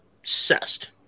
obsessed